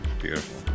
Beautiful